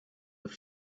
have